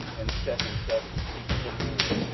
and set himself to seek the lord,